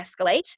escalate